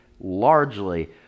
largely